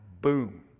boom